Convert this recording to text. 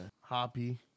Hoppy